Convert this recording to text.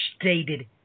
stated